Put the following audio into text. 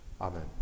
Amen